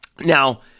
Now